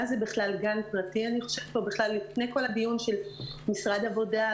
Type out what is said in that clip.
מה זה בכלל גן פרטי אני חושבת שלפני כל הדיון של משרד העבודה,